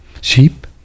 sheep